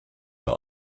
vor